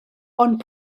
ond